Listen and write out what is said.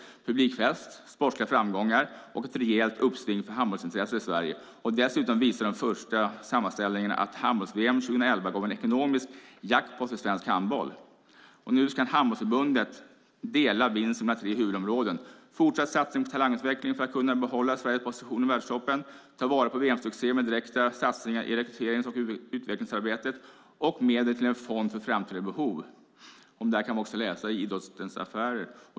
Det var en publikfest med sportsliga framgångar som ledde till ett rejält uppsving för handbollsintresset i Sverige. Dessutom visar den första sammanställningen att handbolls-VM 2011 gav en ekonomisk jackpot till svensk handboll. Nu ska Handbollförbundet fördela vinsten på tre huvudområden: fortsatt satsning på talangutveckling för att kunna behålla Sveriges position i världstoppen, direkta satsningar i rekryterings och utvecklingsarbetet för att ta vara på VM-succén samt medel till en fond för framtida behov. Om detta kan vi också läsa i Idrottens Affärer.